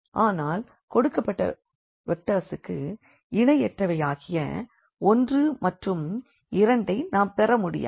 ஆனால் கொடுக்கப்பட்ட வெக்டர்ஸுக்கு இணையற்றவையாகிய 1 மற்றும் 2 ஐ நாம் பெறமுடியாது